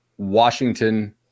Washington